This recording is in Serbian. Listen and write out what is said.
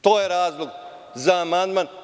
To je razlog za amandman.